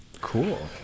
cool